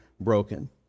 broken